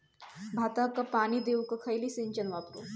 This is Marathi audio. भाताक पाणी देऊक खयली सिंचन वापरू?